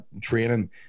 training